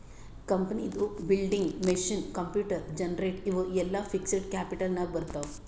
ಕಂಪನಿದು building, machine, computer, generator ಇವು ಎಲ್ಲಾ ಫಿಕ್ಸಡ್ ಕ್ಯಾಪಿಟಲ್ ನಾಗ್ ಬರ್ತಾವ್